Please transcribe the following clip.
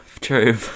true